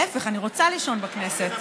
להפך, אני רוצה לישון בכנסת.